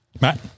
Matt